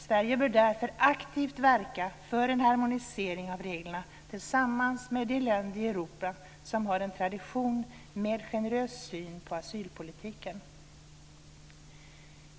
Sverige bör aktivt verka för en harmonisering av reglerna tillsammans med de länder i Europa som har en tradition med generös syn på asylpolitiken.